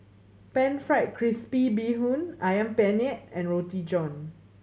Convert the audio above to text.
Pan Fried Crispy Bee Hoon Ayam Penyet and Roti John